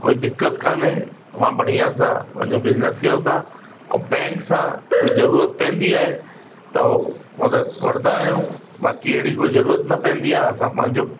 कोई दिक़त कान्हे मां बढ़िया सां पंहिंजो बिजनिस कयूं पिया और बैंक सां कुझु ज़रूरत पवंदी आहे त मदद वठंदा आहियूं बाक़ी अहिड़ी कोई ज़रूरत न पवंदी आहे असां पंहिंजो